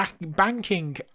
banking